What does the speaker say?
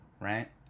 Right